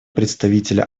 представителя